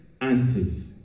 answers